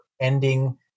ending